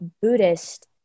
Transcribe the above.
Buddhist